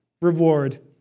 reward